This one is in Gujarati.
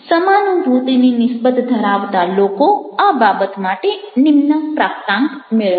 સમાનુભૂતિની નિસ્બત ધરાવતા લોકો આ બાબત માટે નિમ્ન પ્રાપ્તાંક મેળવશે